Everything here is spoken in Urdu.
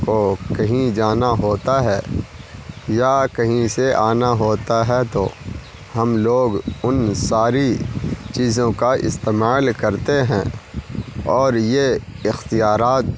کو کہیں جانا ہوتا ہے یا کہیں سے آنا ہوتا ہے تو ہم لوگ ان ساری چیزوں کا استعمال کرتے ہیں اور یہ اختیارات